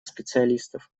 специалистов